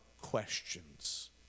questions